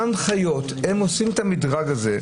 בהנחיות הם עושים את המדרג הזה.